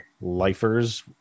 lifers